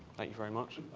you very much.